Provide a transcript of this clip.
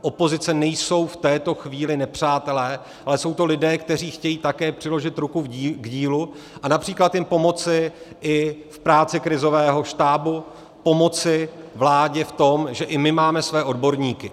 Opozice nejsou v této chvíli nepřátelé, ale jsou to lidé, kteří chtějí také přiložit ruku k dílu a například jim pomoci i v práci krizového štábu, pomoci vládě v tom, že i my máme své odborníky.